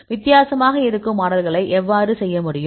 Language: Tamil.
வித்தியாசமாக இருக்கும் மாடல்களை எவ்வாறு செய்ய முடியும்